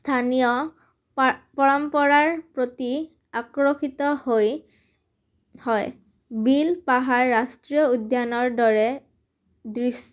স্থানীয় পা পৰম্পৰাৰ প্ৰতি আকৰ্ষিত হৈ হয় বিল পাহাৰ ৰাষ্ট্ৰীয় উদ্যানৰ দৰে দৃ